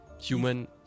Human